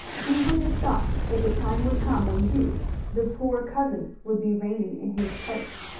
who would have thought that the time would come when you the poor cousin would be reigning in his place?